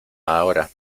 ahora